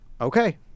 okay